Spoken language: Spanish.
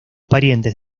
parientes